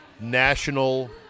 national